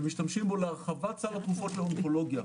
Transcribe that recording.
ומשתמשים בו להרחבת סל התרופות לאונקולוגיה,